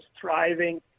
thriving